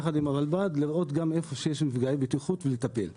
יחד עם הרלב"ד לראות איפה יש מפגעי בטיחות ולטפל בהם.